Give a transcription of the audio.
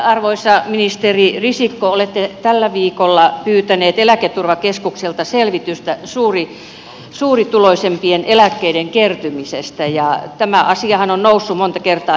arvoisa ministeri risikko olette tällä viikolla pyytänyt eläketurvakeskukselta selvitystä suurituloisimpien eläkkeiden kertymisestä ja tämä asiahan on noussut monta kertaa julkisuudessa